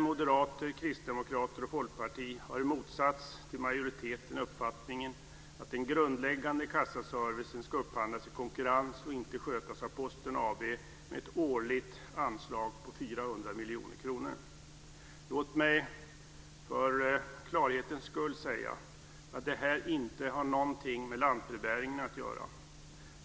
moderater, kristdemokrater och folkpartister har i motsats till majoriteten uppfattningen att den grundläggande kassaservicen ska upphandlas i konkurrens och inte skötas av Posten AB med ett årligt anslag på 400 miljoner kronor. Låt mig för klarhetens skull säga att detta inte har någonting med lantbrevbäringen att göra.